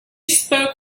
spoke